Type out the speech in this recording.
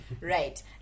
Right